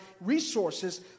resources